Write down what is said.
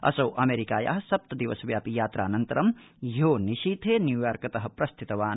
असौ अमेरिकाया सप्त दिवस व्यापि यात्रानन्तरं ह्य निशीथे न्यूयॉर्कत प्रस्थितवान्